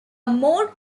more